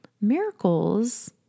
miracles